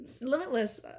limitless